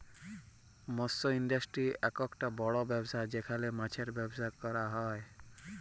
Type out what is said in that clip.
মৎস ইন্ডাস্ট্রি আককটা বড় ব্যবসা যেখালে মাছের ব্যবসা ক্যরা হ্যয়